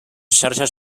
xarxes